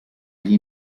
gli